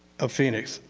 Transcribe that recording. of phoenix.